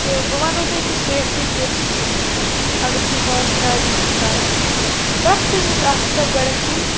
تہٕ بہٕ وَنو تۄہہِ کہِ سیفٹی ٹِپٕس اگر تُہۍ ہارٕس رایڈِنٛگ چھُو کَران پرٛٮ۪تھ کٲنٛسہِ گژھِ آسٕنۍ پَتہٕ گۄڈٮ۪تھٕے